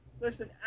Listen